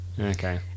Okay